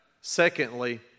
secondly